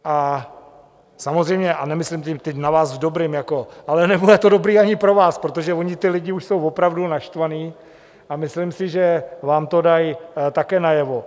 A samozřejmě, a nemyslím teď na vás, v dobrým jako ale nebude to dobrý ani pro vás, protože oni ti lidi už jsou opravdu naštvaní a myslím si, že vám to dají také najevo.